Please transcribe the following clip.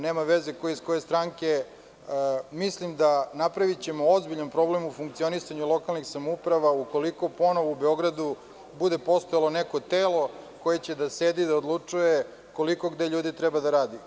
Nema veze ko je iz koje stranke, mislim da ćemo napraviti ozbiljan problem u funkcionisanju lokalnih samouprava ukoliko ponovo u Beogradu bude postojalo neko telo koje će da sedi i da odlučuje koliko gde ljudi treba da radi.